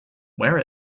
wear